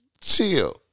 chill